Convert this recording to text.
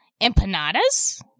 empanadas